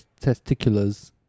testiculars